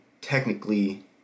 technically